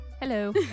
Hello